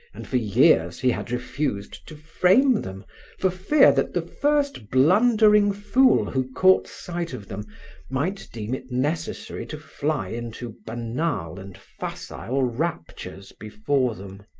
and for years he had refused to frame them for fear that the first blundering fool who caught sight of them might deem it necessary to fly into banal and facile raptures before them.